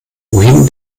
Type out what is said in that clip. wohin